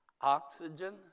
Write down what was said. oxygen